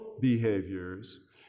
behaviors